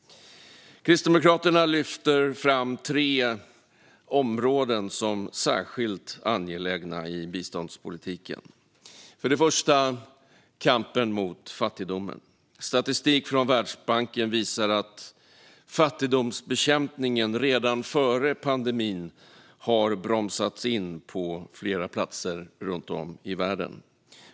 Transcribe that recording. Kristdemokraterna lyfter fram tre områden som särskilt angelägna i biståndspolitiken. För det första: kampen mot fattigdomen. Statistik från Världsbanken visar att fattigdomsbekämpningen redan före pandemin har bromsats in på flera platser runt om i världen.